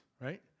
right